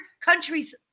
countries